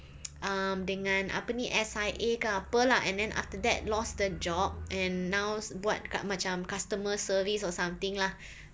um dengan apa ni S_I_A ke apa lah and then after that lost the job and now buat kat macam customer service or something lah